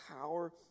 power